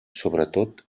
sobretot